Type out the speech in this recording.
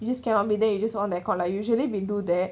you just cannot be then you just on the air con lah usually we do that